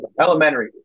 Elementary